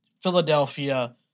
Philadelphia